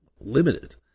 limited